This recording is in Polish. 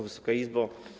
Wysoka Izbo!